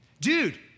Dude